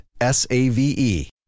S-A-V-E